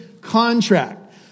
contract